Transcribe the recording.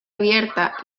abierta